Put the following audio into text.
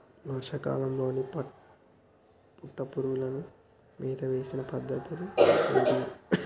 వర్షా కాలంలో పట్టు పురుగులకు మేత వేసే పద్ధతులు ఏంటివి?